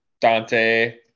Dante